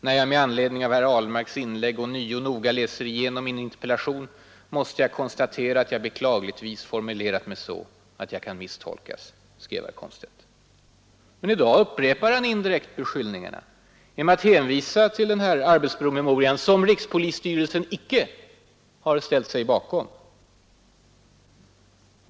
”När jag med anledning av herr Ahlmarks inlägg ånyo noga läser igenom min interpellation, måste jag konstatera att jag beklagligtvis formulerat mig så, att jag kan misstolkas”, skrev herr Komstedt. Men i dag upprepar han indirekt beskyllningarna genom att bl.a. hänvisa till den här arbetspromemorian, som rikspolisstyrelsen inte har ställt sig bakom.